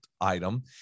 item